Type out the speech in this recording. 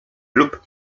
lub